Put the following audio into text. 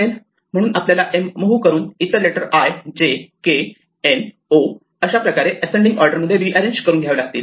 म्हणून आपल्याला M' move करून इतर letter I J K N O अशाप्रकारे असेंडिंग ऑर्डर मध्ये रीअरेंज करून घ्यावे लागतील